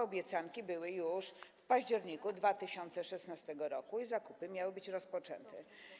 Obiecanki były już w październiku 2016 r. i zakupy miały być rozpoczęte.